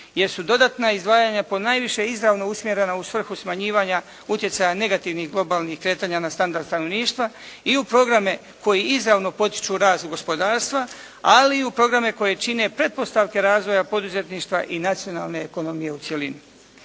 jer su dodatna izdvajanja ponajviše izravno usmjerena u svrhu smanjivanja utjecaja negativnih globalnih kretanja na standard stanovništva i u programe koji izravno potiču rast gospodarstva, ali i u programe koji čine pretpostavke razvoja poduzetništva i nacionalne ekonomije u cjelini.